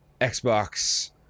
Xbox